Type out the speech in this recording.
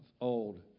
old